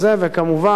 וכמובן,